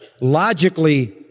logically